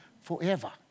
forever